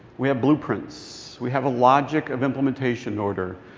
we have blueprints. we have a logic of implementation order.